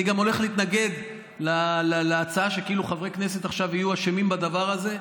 אני גם הולך להתנגד להצעה שכאילו חברי כנסת עכשיו יהיו אשמים בדבר הזה.